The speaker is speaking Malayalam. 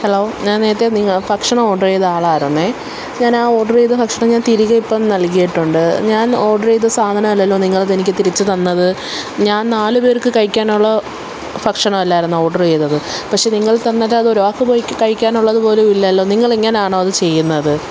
ഹലോ ഞാൻ നേരത്തെ നിങ്ങൾ ഭക്ഷണം ഓര്ഡറ്യ്ത ആളായിരുന്നെ ഞാനാ ഓർഡെറെയ്ത ഭക്ഷണം ഞാൻ തിരികെ ഇപ്പോള് നൽകിയിട്ടുണ്ട് ഞാൻ ഓർഡര് ചെയ്ത സാധനമല്ലല്ലോ നിങ്ങളതെനിക്ക് തിരിച്ചു തന്നത് ഞാൻ നാലു പേർക്ക് കഴിക്കാനുള്ള ഭക്ഷണൊല്ലായിരുന്നോ ഓർഡെര് ചെയ്തത് പക്ഷെ നിങ്ങൾ തന്നത് ഒരാൾക്ക് കഴിക്കാൻ പോലുമില്ലല്ലോ നിങ്ങൾ ഇങ്ങനാണോ ഇത് ചെയ്യുന്നത്